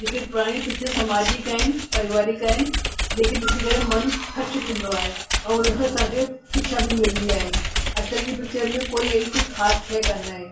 जेके पुराणी पिचर समाजिक आहिनि परीवारिक आहिनि जेके ॾिसी करे मनु हर्ष थींदो आहे ऐं हुन सां असांखे शिक्षा बि मिलंदी आहे अॼुकल्ह जी पिचर में कोई अहिड़ी कोई ख़ासि शइ कोन आहे